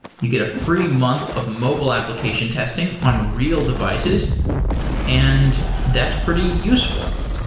you get a free month of mobile application testing on real devices and that's pretty useful.